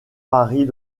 paris